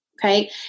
Okay